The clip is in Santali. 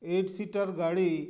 ᱮᱭᱤᱴ ᱥᱤᱴᱟᱨ ᱜᱟᱹᱲᱤ